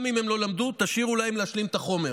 גם אם הם לא למדו, תשאירו להם להשלים את החומר.